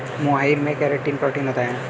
मोहाइर में keratin protein होता है